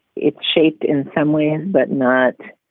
it's shaped in some ways, but not